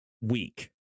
weak